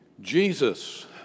Jesus